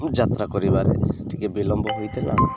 ଯାତ୍ରା କରିବାରେ ଟିକେ ବିିଳମ୍ବ ହୋଇଥିଲା